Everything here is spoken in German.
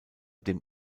dem